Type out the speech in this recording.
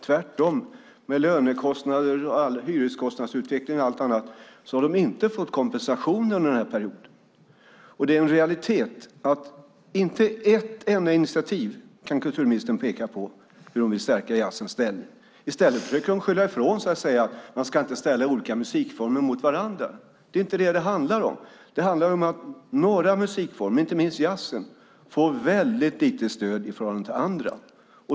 Tvärtom, med lönekostnader och hyreskostnadsutveckling och allt annat har de inte fått kompensation under den här perioden. Det är en realitet att kulturministern inte kan peka på ett enda initiativ för hur hon vill stärka jazzens ställning. I stället försöker hon skylla ifrån sig och säga att man inte ska ställa olika musikformer mot varandra. Det är inte det som det handlar om. Det handlar om att några musikformer, inte minst jazzen, får väldigt lite stöd i förhållande till andra.